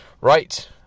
Right